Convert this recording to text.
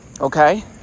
Okay